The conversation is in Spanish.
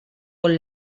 con